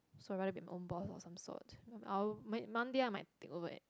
so I rather be my own boss of some sort I will may one day I might take over at